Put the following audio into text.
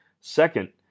second